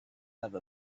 have